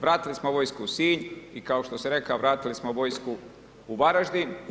Vratili smo vojsku u Sinj i kao što si rekao, vratili smo vojsku u Varaždin.